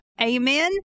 Amen